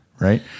right